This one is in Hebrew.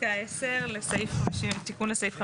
לפסקה 10 לתיקון לסעיף 53(א),